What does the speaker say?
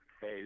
Hey